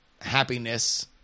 happiness